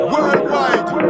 Worldwide